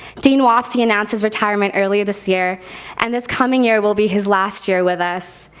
dean wofsy announced his retirement earlier this year and this coming year will be his last year with us.